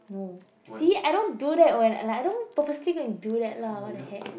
no see I don't do that when I like I don't purposely go and do that lah what the heck